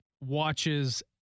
watches